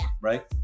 Right